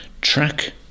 track